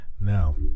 Now